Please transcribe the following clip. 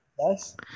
nice